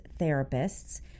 therapists